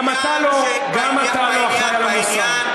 גם אתה לא אחראי על המוסר.